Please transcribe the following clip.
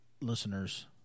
listeners